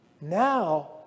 now